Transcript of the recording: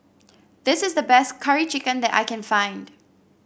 this is the best Curry Chicken that I can find